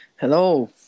Hello